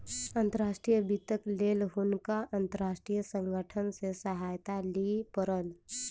अंतर्राष्ट्रीय वित्तक लेल हुनका अंतर्राष्ट्रीय संगठन सॅ सहायता लिअ पड़ल